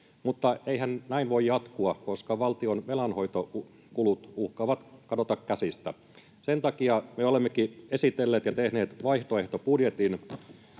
Mutta eihän näin voi jatkua, koska valtion velanhoitokulut uhkaavat kadota käsistä. Sen takia me olemmekin esitelleet ja tehneet vaihtoehtobudjetin